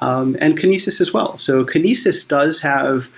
um and kinesis as well so kinesis does have